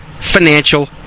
financial